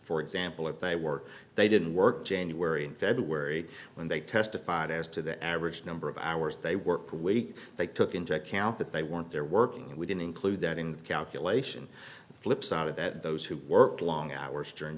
for example if they work they didn't work january and february when they testified as to the average number of hours they work week they took into account that they weren't there working and we didn't include that in the calculation the flipside of that those who worked long hours during